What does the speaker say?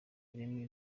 ireme